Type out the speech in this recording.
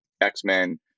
X-Men